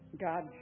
God